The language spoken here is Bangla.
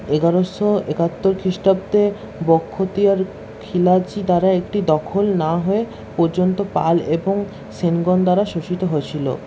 এগারোশো একাত্তর খ্রিস্টাব্দে বখতিয়ার খিলজি দ্বারা এটি দখল না হওয়া পর্যন্ত পাল এবং সেনগণ দ্বারা শোষিত হয়েছিল